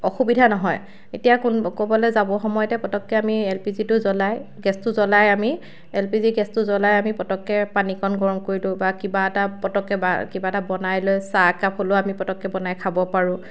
অসুবিধা নহয় এতিয়া ক'ৰবালৈ যাবৰ সময়তে আমি পটককৈ এল পি জি টো জ্বলাই গেছটো জ্বলাই আমি এল পি জি গেছটো জ্বলাই আমি পটককৈ পানীকণ গৰম কৰি লওঁ বা কিবা এটা পটককৈ বা কিবা এটা বনাই লৈ চাহ কাপ হ'লেও আমি পটককৈ বনাই খাব পাৰোঁ